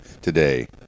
today